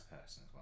person